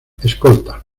escolta